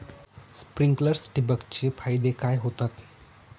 Sprinklers ठिबक चे फायदे काय होतात?